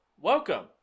Welcome